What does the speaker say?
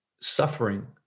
suffering